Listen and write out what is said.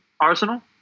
Arsenal